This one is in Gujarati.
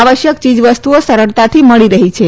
આવશ્યક ચીજવસ્તુઓ સરળતાથી મળી રહી છે